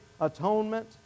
Atonement